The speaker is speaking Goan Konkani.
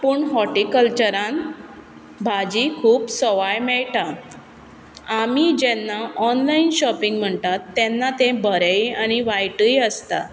पूण हॉर्टिकल्चरान भाजी खूब सवाय मेयटा आमी जेन्ना ऑनलायन शॉपिंग म्हणटात तेन्ना ते बरेंय आनी वायटय आसता